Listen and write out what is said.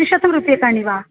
द्विशतं रूप्यकाणि वा